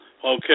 Okay